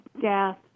death